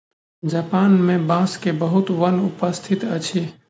Japan मे बांस के बहुत वन उपस्थित अछि